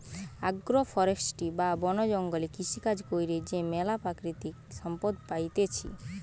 agro forestry বা বন জঙ্গলে কৃষিকাজ কইরে যে ম্যালা প্রাকৃতিক সম্পদ পাইতেছি